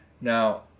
Now